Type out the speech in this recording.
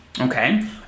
okay